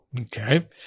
Okay